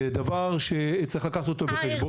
זה דבר שצריך לקחת אותו בחשבון.